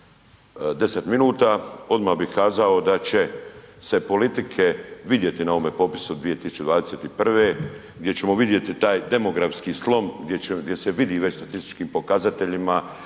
10 minuta. Odmah bih kazao da će se politike vidjeti na ovome popisu 2021. gdje ćemo vidjeti taj demografski slom gdje se vidi već statističkim pokazateljima